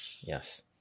Yes